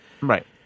Right